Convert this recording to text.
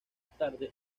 tarde